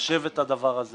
לחשב את הדבר הזה